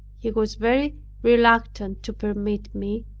he was very reluctant to permit me,